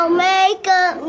makeup